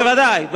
בוודאי.